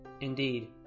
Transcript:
Indeed